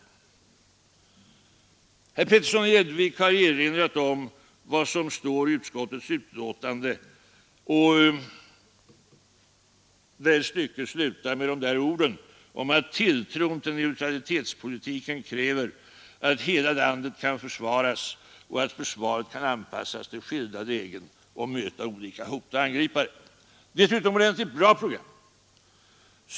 Herr Petersson i Gäddvik har erinrat om vad som står i utskottets betänkande, där ett stycke slutar med orden: ”Tilltron till neutralitetspolitiken kräver att hela landet kan försvaras och att försvaret kan anpassas till skilda lägen och möta olika hot och angripare.” Detta är ett utomordentligt bra program.